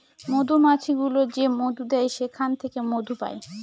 মধুমাছি গুলো যে মধু দেয় সেখান থেকে মধু পায়